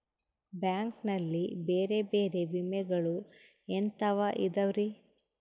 Bank ನಲ್ಲಿ ಬೇರೆ ಬೇರೆ ವಿಮೆಗಳು ಎಂತವ್ ಇದವ್ರಿ?